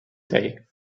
day